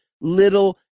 little